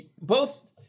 both-